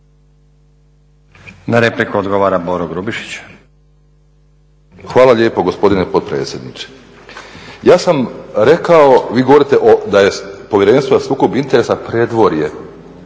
**Grubišić, Boro (HDSSB)** Hvala lijepo gospodine potpredsjedniče. Ja sam rekao, vi govorite da je Povjerenstvo za sukob interesa predvorje